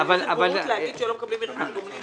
איזו בורות לומר שלא מקבלים מרכש גומלין.